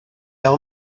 tell